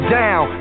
down